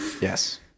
Yes